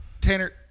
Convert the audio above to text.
Tanner